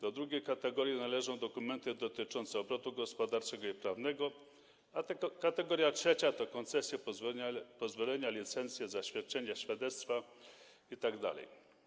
Do drugiej kategorii należą dokumenty dotyczące obrotu gospodarczego i prawnego, a trzecia kategoria to koncesje, pozwolenia, licencje, zaświadczenia, świadectwa itd.